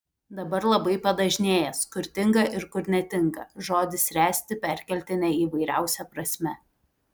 dabar labai padažnėjęs kur tinka ir kur netinka žodis ręsti perkeltine įvairiausia prasme